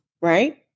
Right